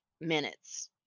minutes